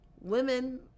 women